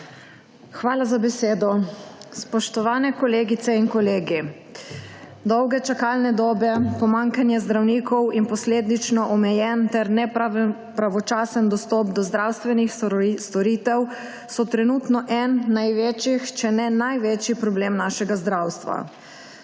Hvala za besedo. Spoštovane kolegice in kolegi! Dolge čakalne dobe, pomanjkanje zdravnikov in posledično omejen ter nepravočasen dostop do zdravstvenih storitev so trenutno eden največjih, če ne največji problem našega zdravstva.